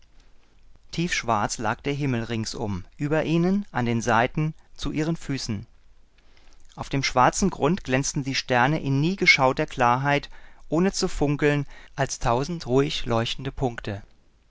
tiefschwarz lag der himmel ringsum über ihnen an den seiten zu ihren füßen auf dem schwarzen grund glänzten die sterne in nie geschauter klarheit ohne zu funkeln als tausend ruhig leuchtende punkte